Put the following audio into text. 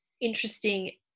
interesting